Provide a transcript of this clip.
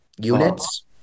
units